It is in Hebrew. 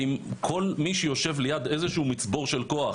ואם כל מי שיושב ליד איזה שהוא מצבור של כוח,